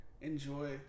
enjoy